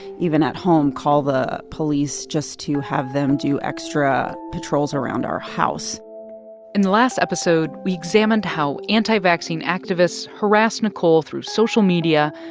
even at home, call the police just to have them do extra patrols around our house in the last episode, we examined how anti-vaccine activists harassed nicole through social media,